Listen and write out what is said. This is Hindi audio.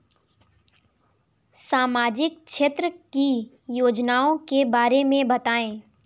सामाजिक क्षेत्र की योजनाओं के बारे में बताएँ?